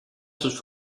sus